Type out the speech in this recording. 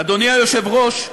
אדוני היושב-ראש,